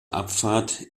abfahrt